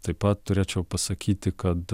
taip pat turėčiau pasakyti kad